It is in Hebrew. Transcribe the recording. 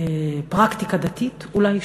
בפרקטיקה דתית אולי שונה,